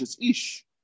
Ish